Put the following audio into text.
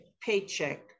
paycheck